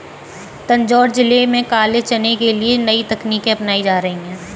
तंजौर जिले में काले चने के लिए नई तकनीकें अपनाई जा रही हैं